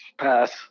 pass